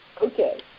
Okay